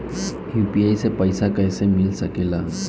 UPI से पइसा कईसे मिल सके ला?